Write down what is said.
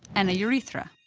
and a urethra.